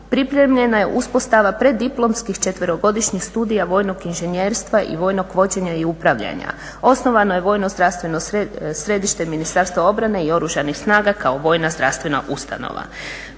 pripremljena je uspostava preddiplomskih četverogodišnjih studija vojnog inženjerstva i vojnog vođenja i upravljanja, osnovano je Vojno-zdravstveno središte Ministarstva obrane i Oružanih snaga RH kao vojna zdravstvena ustanova.